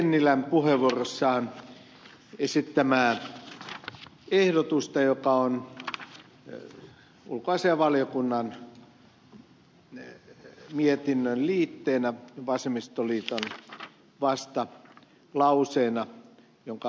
tennilän puheenvuorossaan esittämää ehdotusta joka on ulkoasiainvaliokunnan mietinnön liitteenä vasemmistoliiton vastalauseena ja jonka ed